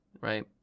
right